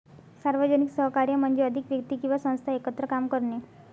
सार्वजनिक सहकार्य म्हणजे अधिक व्यक्ती किंवा संस्था एकत्र काम करणे